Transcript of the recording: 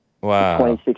Wow